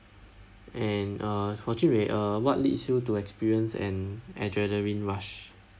and uh so jun wei uh what leads you to experience an adrenaline rush